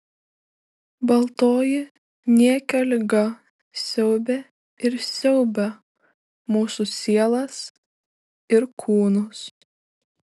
baltoji niekio liga siaubė ir siaubia mūsų sielas ir kūnus